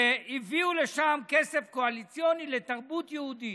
והביאו לשם כסף קואליציוני לתרבות יהודית.